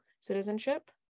citizenship